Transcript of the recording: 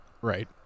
right